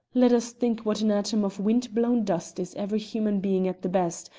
let us think what an atom of wind-blown dust is every human being at the best,